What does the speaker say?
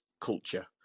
culture